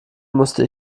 musste